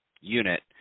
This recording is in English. unit